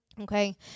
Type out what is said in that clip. Okay